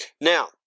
Now